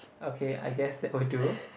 okay I guess that will do